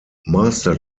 master